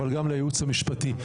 אבל גם לייעוץ המשפטי.